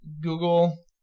Google